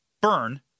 burn